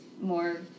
more